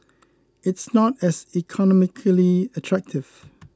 it's not as economically attractive